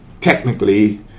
Technically